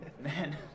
man